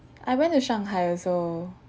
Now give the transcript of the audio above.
I went to shanghai also